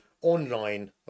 Online